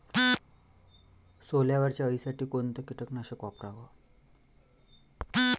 सोल्यावरच्या अळीसाठी कोनतं कीटकनाशक वापराव?